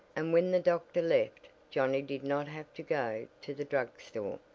and when the doctor left johnnie did not have to go to the drug store.